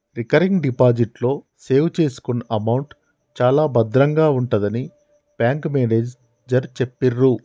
recurring deposit లో save చేసుకున్న amount చాలా భద్రంగా ఉంటుందని బ్యాంకు మేనేజరు చెప్పిర్రు